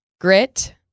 grit